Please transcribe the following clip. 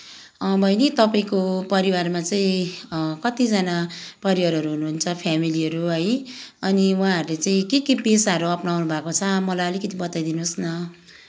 बैनी तपाईँको परिवारमा चाहिँ कतिजना परिवारहरू हुनुहुन्छ फ्यामिलीहरू है अनि उहाँहरूले चाहिँ के के पेसाहरू अप्नाउनुभएको छ मलाई अलिकति बताइदिनु होस् न